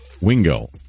Wingo